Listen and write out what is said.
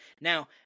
Now